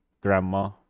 grandma